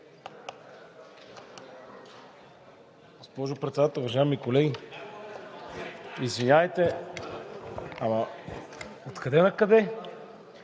Госпожо Председател, уважаеми колеги! Извинявайте, ама откъде-накъде